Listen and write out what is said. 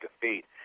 defeat